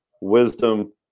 Wisdom